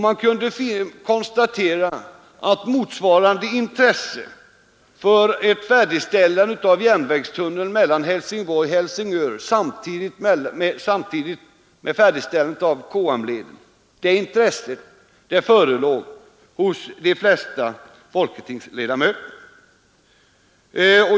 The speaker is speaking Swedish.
Man kunde konstatera att det hos de flesta folketingsledamöter förelåg motsvarande intresse för ett färdigställande av järnvägstunneln mellan Helsingborg och Helsingör samtidigt med färdigställandet av KM-leden.